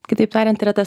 kitaip tariant yra tas